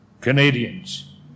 Canadians